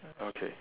okay